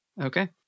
Okay